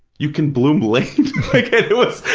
you can bloom late? like it was,